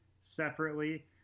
separately